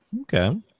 Okay